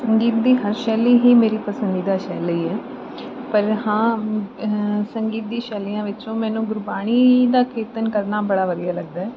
ਸੰਗੀਤ ਦੀ ਸ਼ੈਲੀ ਹੀ ਮੇਰੀ ਪਸੰਦੀਦਾ ਸ਼ੈਲੀ ਹੈ ਪਰ ਹਾਂ ਸੰਗੀਤ ਦੀ ਸ਼ੈਲੀਆਂ ਵਿੱਚੋਂ ਮੈਨੂੰ ਗੁਰਬਾਣੀ ਦਾ ਕੀਰਤਨ ਕਰਨਾ ਬੜਾ ਵਧੀਆ ਲੱਗਦਾ